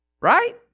Right